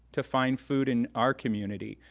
to find food in our community,